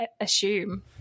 assume